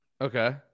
Okay